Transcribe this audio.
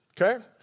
okay